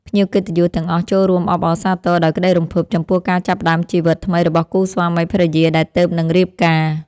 ភ្ញៀវកិត្តិយសទាំងអស់ចូលរួមអបអរសាទរដោយក្តីរំភើបចំពោះការចាប់ផ្តើមជីវិតថ្មីរបស់គូស្វាមីភរិយាដែលទើបនឹងរៀបការ។